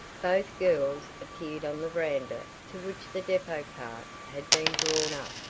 both girls appeared on the veranda to which the depot cart had been drawn up.